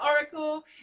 Oracle